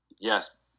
Yes